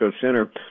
Center